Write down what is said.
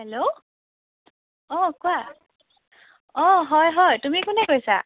hello অঁ কোৱা অঁ হয় হয় তুমি কোনে কৈছা